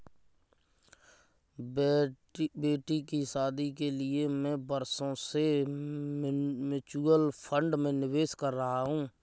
बेटी की शादी के लिए मैं बरसों से म्यूचुअल फंड में निवेश कर रहा हूं